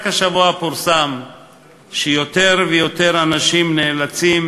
רק השבוע פורסם שיותר ויותר אנשים נאלצים